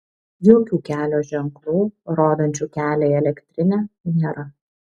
jokių kelio ženklų rodančių kelią į elektrinę nėra